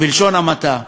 בלשון המעטה.